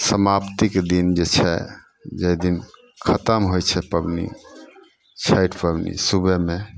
समाप्तिके दिन जे छै जाहि दिन खतम होइ छै पबनी छठि पबनी सुबहमे